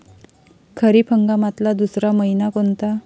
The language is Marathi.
खरीप हंगामातला दुसरा मइना कोनता?